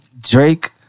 Drake